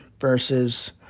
versus